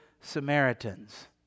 Samaritans